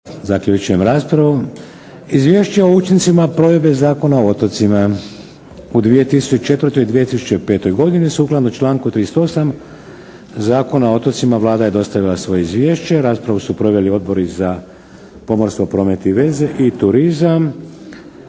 Vladimir (HDZ)** - Izvješće o učincima provedbe Zakona o otocima u 2004. i 2005. godini Sukladno članku 38. Zakona o otocima Vlada je dostavila svoje izvješće. Raspravu su proveli Odbori za pomorstvo, promet i veze i turizam.